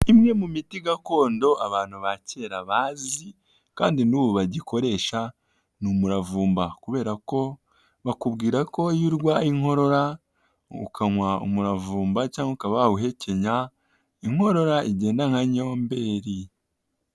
Imwe mu miti gakondo abantu ba kera bazi kandi n'ubu bagikoresha ni umuravumba, kubera ko bakubwira ko iyo urwaye inkorora ukanywa umuravumba cyangwa ukaba wawuhekenya inkorora igenda nka nyomberi.